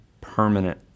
permanent